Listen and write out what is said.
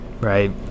right